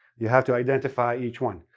you have to identify each one.